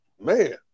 Man